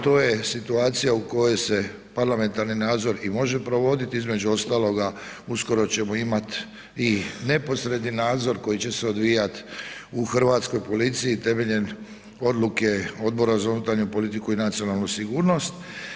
To je situacija u kojoj se parlamentarni nadzor i može provoditi, između ostaloga uskoro ćemo imat i neposredni nadzor koji će se odvijati u Hrvatskoj policiji temeljem odluke Odbora za unutarnju politiku i nacionalnu sigurnost.